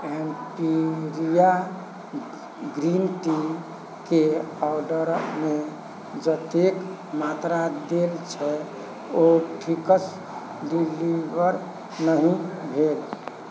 Emperia green टीके ऑर्डरक मे जतेक मात्रा देल छै ओ ठीकसँ डिलीवर नहि भेल